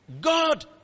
God